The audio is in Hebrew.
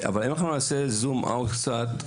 אבל אם נעשה זום אאוט קצת,